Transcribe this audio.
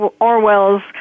Orwell's